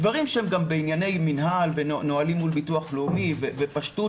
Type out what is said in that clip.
דברים שהם בענייני מינהל ונהלים מול ביטוח לאומי ופשטות